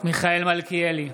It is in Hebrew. מיכאל מלכיאלי,